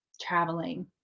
Traveling